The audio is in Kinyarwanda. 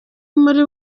muri